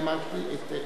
מייד אוסיף אתכם.